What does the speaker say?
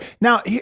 Now